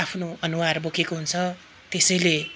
आफ्नो अनुहार बोकेको हुन्छ त्यसैले